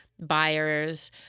buyers